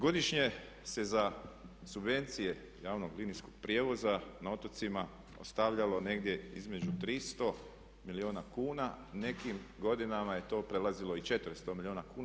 Godišnje se za subvencije javnog linijskog prijevoza na otocima ostavljalo negdje između 300 milijuna kuna u nekim godinama je to prelazilo i 400 milijuna kuna.